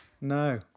no